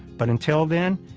but until then,